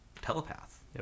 telepath